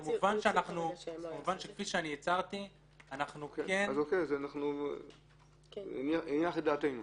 כמובן כפי שהצהרתי --- הוא הניח את דעתנו.